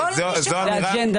זה אג'נדה